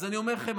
אז אני אומר לכם,